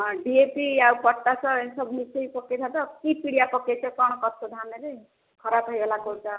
ହଁ D A P ଆଉ potash ଏସବୁ ମିଶେଇିକି ପକେଇଥାନ୍ତ କି ପିଡ଼ିଆ ପକେଇଛ କ'ଣ କରୁଛ ଧାନରେ ଖରାପ ହୋଇଗଲା କହୁଛ